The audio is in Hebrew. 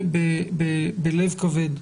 (הגבלת פעילות של מקום ציבורי או עסקי והוראות נוספות) (תיקון מס' 17),